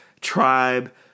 tribe